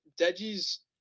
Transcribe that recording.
Deji's